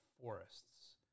forests